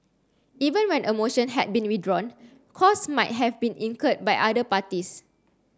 even when a motion had been withdrawn costs might have been incurred by other parties